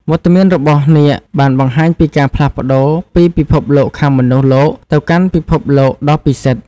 វត្តមានរបស់នាគបានបង្ហាញពីការផ្លាស់ប្តូរពីពិភពលោកខាងមនុស្សលោកទៅកាន់ពិភពលោកដ៏ពិសិដ្ឋ។